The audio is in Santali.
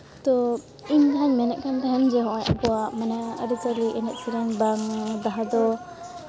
ᱛᱚ ᱤᱧ ᱡᱟᱦᱟᱸᱧ ᱢᱮᱱᱮᱫ ᱛᱟᱦᱮᱱᱟ ᱱᱚᱜᱼᱚᱸᱭ ᱟᱵᱚᱣᱟᱜ ᱢᱟᱱᱮ ᱟᱹᱨᱤᱼᱪᱟᱹᱞᱤ ᱮᱱᱮᱡᱼᱥᱮᱨᱮᱧ ᱵᱟᱝ ᱡᱟᱦᱟᱸ ᱫᱚ